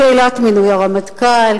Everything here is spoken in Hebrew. שאלת מינוי הרמטכ"ל,